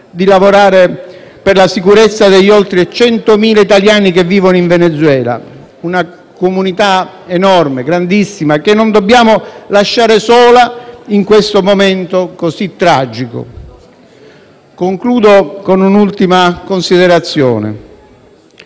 di lavorare per la sicurezza degli oltre 100.000 italiani che vivono in Venezuela; una comunità enorme, grandissima, che non dobbiamo lasciare sola in questo momento così tragico. Concludo con un'ultima considerazione: